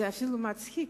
זה אפילו מצחיק,